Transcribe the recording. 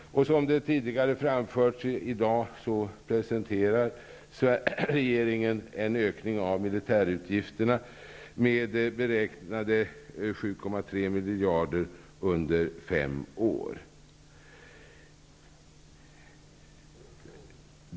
Som framförts tidigare i dag presenterar regeringen en ökning av militärutgifterna med beräknade 7,3 miljarder under fem år.